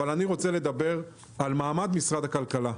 אבל אני רוצה לדבר על המעמד של משרד הכלכלה.